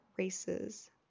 races